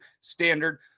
Standard